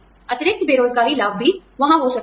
अतिरिक्त बेरोज़गारी लाभ भी वहाँ हो सकते है